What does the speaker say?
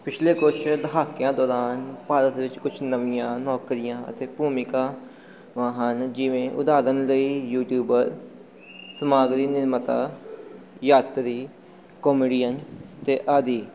ਪਿਛਲੇ ਕੁਛ ਦਹਾਕਿਆਂ ਦੌਰਾਨ ਭਾਰਤ ਵਿੱਚ ਕੁਛ ਨਵੀਆਂ ਨੌਕਰੀਆਂ ਅਤੇ ਭੂਮਿਕਾਵਾਂ ਹਨ ਜਿਵੇਂ ਉਦਾਹਰਨ ਲਈ ਯੂਟੀਊਬਰ ਸਮਾਗ ਦੀ ਨਿਰਮਤਾ ਯਾਤਰੀ ਕੋਮੇਡੀਅਨ ਅਤੇ ਆਦਿ